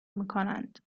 میکنند